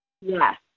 Yes